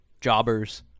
Jobbers